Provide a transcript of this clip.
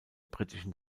britischen